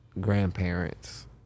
grandparents